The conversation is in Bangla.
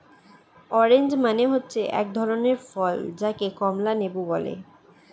অরেঞ্জ মানে হচ্ছে এক ধরনের ফল যাকে কমলা লেবু বলে